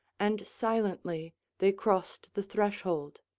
and silently they crossed the threshold.